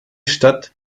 stadt